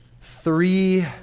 three